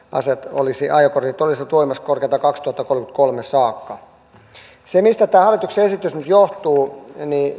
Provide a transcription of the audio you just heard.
ajokortit olisivat voimassa korkeintaan kaksituhattakolmekymmentäkolme saakka mistä tämä hallituksen esitys nyt johtuu